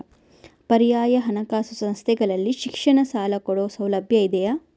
ಪರ್ಯಾಯ ಹಣಕಾಸು ಸಂಸ್ಥೆಗಳಲ್ಲಿ ಶಿಕ್ಷಣ ಸಾಲ ಕೊಡೋ ಸೌಲಭ್ಯ ಇದಿಯಾ?